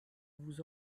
vous